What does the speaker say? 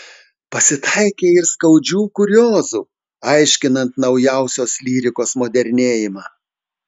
pasitaikė ir skaudžių kuriozų aiškinant naujausios lyrikos modernėjimą